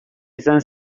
izan